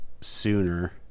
sooner